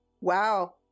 Wow